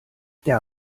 der